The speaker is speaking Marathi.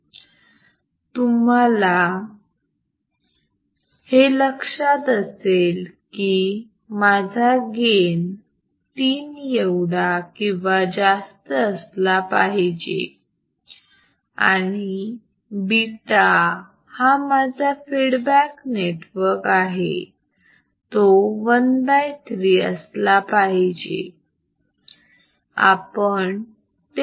तुम्हाला आहे लक्षात असेल की माझा गेन 3 एवढा किंवा जास्त असला पाहिजे आणि β हा माझा फीडबॅक नेटवर्क आहे तो ⅓ असला पाहिजे बरोबर